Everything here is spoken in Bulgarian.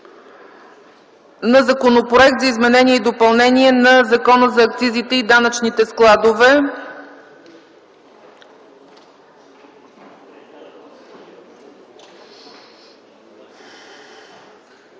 на законопроекти за изменение и допълнение на Закона за акцизите и данъчните складове,